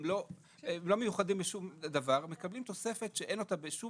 הם לא מיוחדים בשום דבר מקבלים תוספת שאין אותה בשום